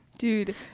Dude